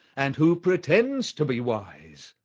and who pretends to be wise,